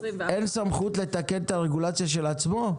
אין סמכות לתקן את הרגולציה של עצמו?